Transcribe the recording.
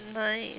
nice